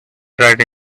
writing